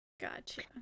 gotcha